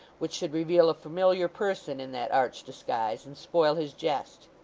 which should reveal a familiar person in that arch disguise, and spoil his jest.